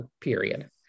period